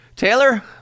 Taylor